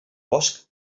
bosc